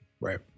Right